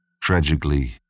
Tragically